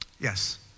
Yes